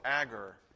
agar